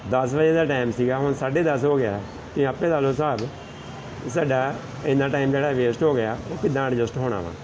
ਦਸ ਵਜੇ ਦਾ ਟਾਈਮ ਸੀਗਾ ਹੁਣ ਸਾਢੇ ਦਸ ਹੋ ਗਿਆ ਤੁਸੀਂ ਆਪੇ ਲਾ ਲਓ ਹਿਸਾਬ ਵੀ ਸਾਡਾ ਇੰਨਾ ਟਾਈਮ ਜਿਹੜਾ ਵੇਸਟ ਹੋ ਗਿਆ ਉਹ ਕਿੱਦਾਂ ਐਡਜਸਟ ਹੋਣਾ ਵਾ